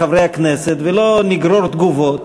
ולא נגרור תגובות.